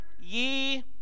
ye